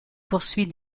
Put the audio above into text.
poursuit